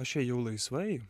aš ėjau laisvai